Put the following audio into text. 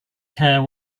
care